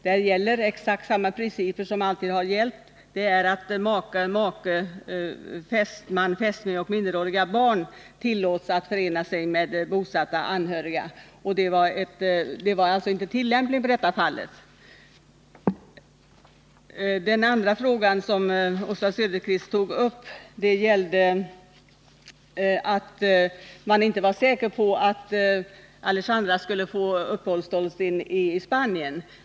Här gäller exakt samma principer som alltid har gällt, nämligen att maka, make, fästmö, fästman och minderåriga barn tillåts att förena sig med anhöriga. I detta fall var den bestämmelsen inte tillämplig. Sedan sade Oswald Söderqvist att man inte var säker på att Alejandra skulle få uppehållstillstånd i Spanien.